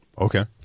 Okay